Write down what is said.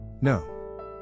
No